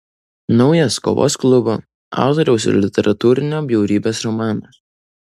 naujas kovos klubo autoriaus ir literatūrinio bjaurybės romanas